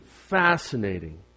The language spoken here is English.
fascinating